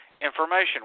information